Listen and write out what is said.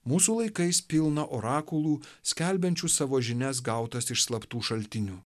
mūsų laikais pilna orakulų skelbiančių savo žinias gautas iš slaptų šaltinių